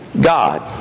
God